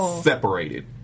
separated